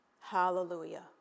Hallelujah